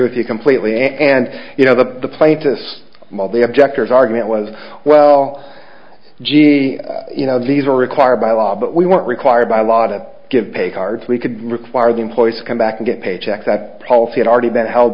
with you completely and you know the plaintiffs the objectors argument was well gee you know these are required by law but we weren't required by law to give pay cards we could require the employees to come back and get paychecks that policy already been held